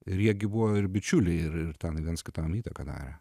ir jie gi buvo ir bičiuliai ir ten viens kitam įtaką darė